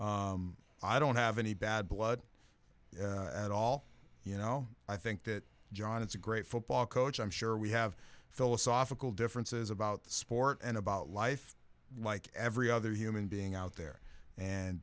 i don't have any bad blood at all you know i think that john is a great football coach i'm sure we have philosophical differences about the sport and about life like every other human being out there and